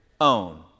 own